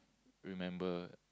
remember